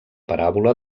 paràbola